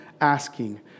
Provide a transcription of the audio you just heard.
asking